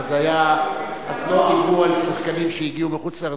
אז לא דיברו על שחקנים שהגיעו מחוץ-לארץ,